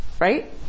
right